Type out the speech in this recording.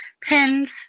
Pins